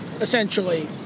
essentially